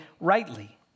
rightly